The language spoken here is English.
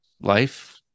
life